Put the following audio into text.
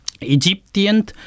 Egyptian